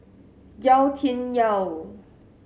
Yau Tian Yau